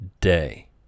day